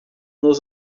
nos